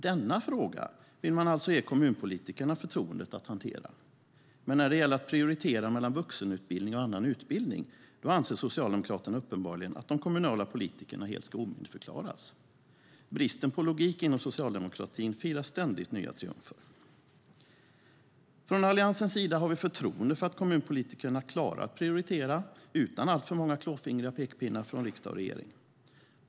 Denna fråga vill man alltså ge kommunpolitikerna förtroendet att hantera, men när det gäller att prioritera mellan vuxenutbildning och annan utbildning anser Socialdemokraterna uppenbarligen att de kommunala politikerna helt ska omyndigförklaras. Bristen på logik inom socialdemokratin firar ständigt nya triumfer. Från Alliansens sida har vi förtroende för att kommunpolitikerna klarar att prioritera utan alltför många klåfingriga pekpinnar från riksdag och regering.